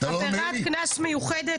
עבירת קנס מיוחדת,